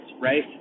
right